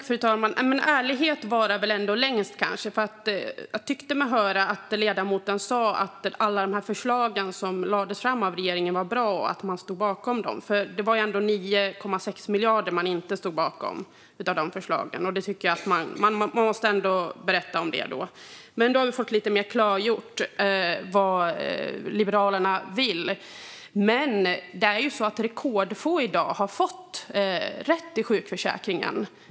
Fru talman! Ärlighet varar väl ändå längst? Jag tyckte mig höra att ledamoten sa att alla de förslag som lades fram av regeringen var bra och att Liberalerna stod bakom dem. Men det är ju ändå 9,6 miljarder som man inte står bakom, och då tycker jag att man ska berätta om det. Men nu har vi alltså fått lite mer klargjort vad Liberalerna vill. I dag är det rekordfå som har fått rätt till sjukförsäkring.